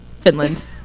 Finland